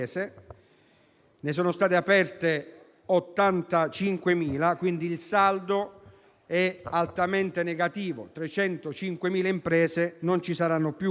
ne sono state aperte 85.000 e quindi il saldo è altamente negativo; 305.000 imprese non ci saranno più.